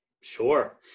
Sure